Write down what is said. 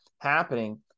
happening